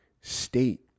State